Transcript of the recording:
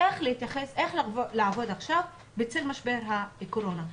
איך לעבוד עכשיו בצל משבר הקורונה.